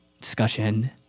discussion